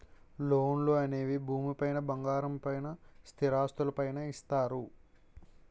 లోన్లు అనేవి భూమి పైన బంగారం పైన స్థిరాస్తులు పైన ఇస్తారు